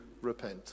repent